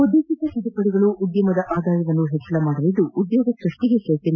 ಉದ್ದೇಶಿತ ತಿದ್ದುಪಡಿಗಳು ಉದ್ಯಮದ ಆದಾಯವನ್ನು ಹೆಚ್ಚಳ ಮಾಡಲಿದ್ದು ಉದ್ಯೋಗ ಸ್ಪಷ್ಟಿಗೆ ಚ್ವೆತನ್ನ